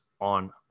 on